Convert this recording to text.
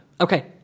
Okay